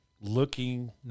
looking